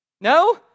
No